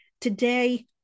Today